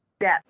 Yes